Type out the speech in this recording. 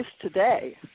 today